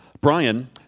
Brian